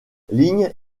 lignes